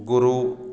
गुरुः